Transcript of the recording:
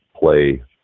play